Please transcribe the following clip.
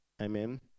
Amen